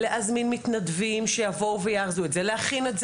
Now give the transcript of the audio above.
להזמין מתנדבים שיבואו ויארזו את זה,